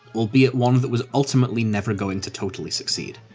albeit one that was, ultimately, never going to totally succeed.